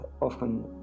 often